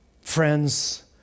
friends